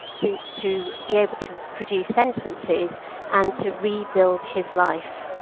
to to be able to produce sentences and to rebuild his life.